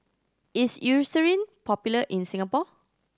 is Eucerin popular in Singapore